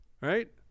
right